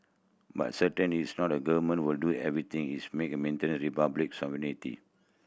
but certain is not the government will do everything its make a maintain the Republic's sovereignty